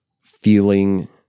feeling